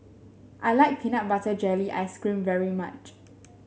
I like Peanut Butter Jelly Ice cream very much